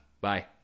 Bye